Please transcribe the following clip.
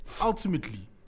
ultimately